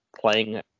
playing